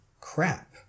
crap